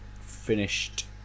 finished